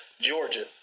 Georgia